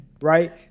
right